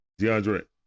DeAndre